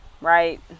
right